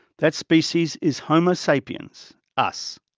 that species is homo sapiens us.